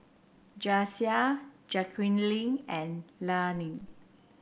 Jasiah Jaquelin and Landyn